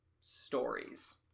stories